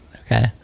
Okay